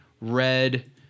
red